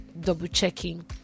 double-checking